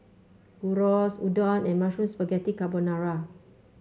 Gyros Udon and Mushroom Spaghetti Carbonara